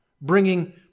bringing